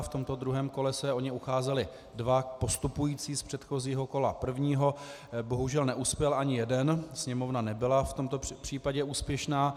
V tomto druhém kole se o ně ucházeli dva postupující z předchozího kola prvního, bohužel neuspěl ani jeden, Sněmovna nebyla v tomto případě úspěšná.